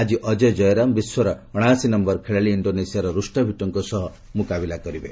ଆଜି ଅଜୟ ଜୟରାମ୍ ବିଶ୍ୱର ଅଣାଅଶି ନୟର ଖେଳାଳି ଇଶ୍ଡୋନେସିଆର ରୁଷ୍ଟାଭିଟୋଙ୍କ ସହ ମୁକାବିଲା କରିବେ